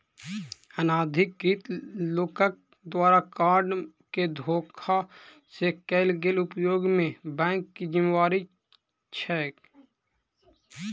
अनाधिकृत लोकक द्वारा कार्ड केँ धोखा सँ कैल गेल उपयोग मे बैंकक की जिम्मेवारी छैक?